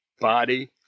body